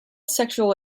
sexual